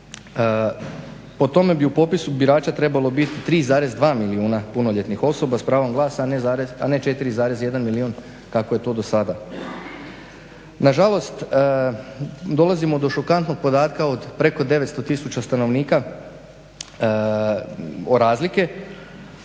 po tome bi u popisu birača trebalo biti 3,2 milijuna punoljetnih osoba s pravom glasa, a ne 4,1 milijun kako je to dosada. Nažalost, dolazimo do šokantnog podatka od preko 900 tisuća stanovnika razlike.